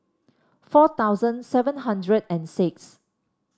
four thousand seven hundred and six